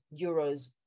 euros